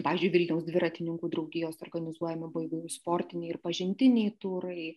pavyzdžiui vilniaus dviratininkų draugijos organizuojami įvairūs sportiniai ir pažintiniai turai